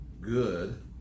good